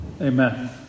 Amen